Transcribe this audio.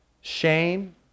shame